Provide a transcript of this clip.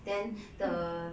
then the